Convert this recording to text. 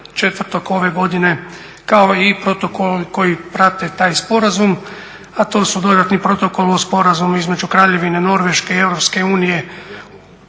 11.4. ove godine kao i protokoli koji prate taj sporazum a to su dodatni protokol o Sporazumu između Kraljevine Norveške i Europske unije